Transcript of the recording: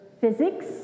Physics